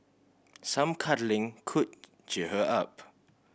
some cuddling could cheer her up